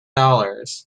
dollars